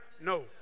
No